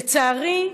לצערי,